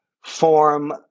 form